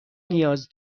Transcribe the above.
نیاز